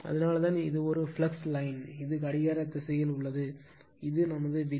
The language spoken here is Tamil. அதனால்தான் இது ஒரு ஃப்ளக்ஸ் லைன் இது கடிகார திசையில் உள்ளது இது விதி